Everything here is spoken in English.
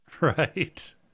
Right